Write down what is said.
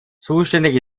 zuständig